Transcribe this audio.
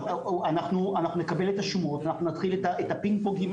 אנחנו נקבל את השומות ונתחיל את הפינג-פונג עם